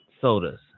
sodas